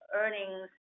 earnings